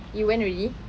you went already